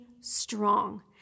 strong